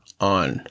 on